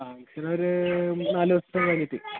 ആ മാക്സിമം ഒരു നാലു ദിവസം കഴിഞ്ഞിട്ട്